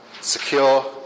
secure